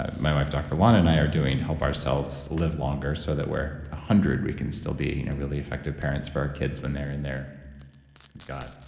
ah my wife, dr. lana and i are doing to help ourselves live longer so that we're a hundred, we can still be really effective parents for our kids when they're in their god,